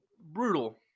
brutal